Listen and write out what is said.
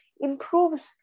improves